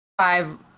five